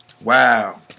Wow